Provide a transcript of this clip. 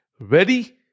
Ready